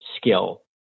skill